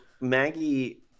maggie